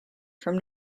from